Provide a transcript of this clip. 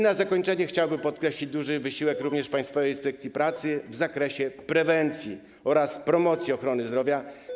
Na zakończenie chciałbym również podkreślić duży wysiłek Państwowej Inspekcji Pracy w zakresie prewencji oraz promocji ochrony zdrowia.